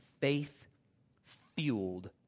faith-fueled